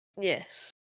yes